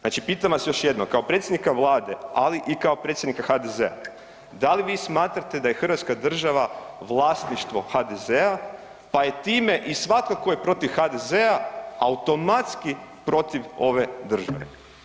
Znači pitam vas još jednom kao predsjednika Vlade, ali i kao predsjednika HDZ-a da li vi smatrate da je Hrvatska država vlasništvo HDZ-a pa je time i svatko tko je protiv HDZ-a automatski protiv ove države?